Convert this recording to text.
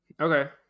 Okay